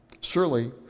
surely